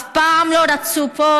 לא רצו פה